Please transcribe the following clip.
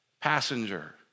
passenger